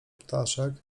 ptaszek